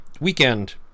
weekend